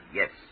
yes